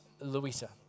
Louisa